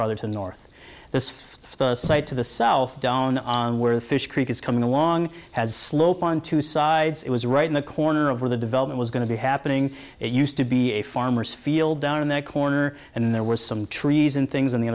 to the north this site to the south down on where the fish creek is coming along has slope on two sides it was right in the corner of where the development was going to be happening it used to be a farmer's field down in that corner and there were some trees and things on the